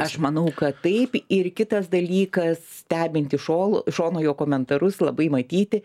aš manau kad taip ir kitas dalykas stebintį iš ol iš šono jo komentarus labai matyti